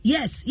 Yes